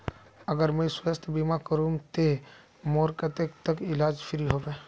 अगर मुई स्वास्थ्य बीमा करूम ते मोर कतेक तक इलाज फ्री होबे?